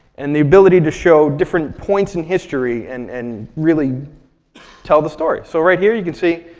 and the ability to show different points in history and and really tell the story. so right here, you can see,